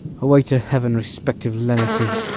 away to heaven respective lenity,